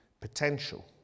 potential